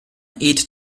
eat